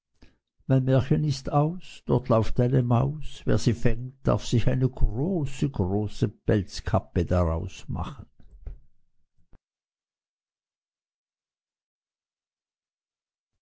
mein märchen ist aus dort läuft eine maus wer sie fängt darf sich eine große große pelzkappe daraus machen